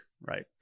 Right